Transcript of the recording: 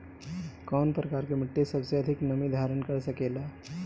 कौन प्रकार की मिट्टी सबसे अधिक नमी धारण कर सकेला?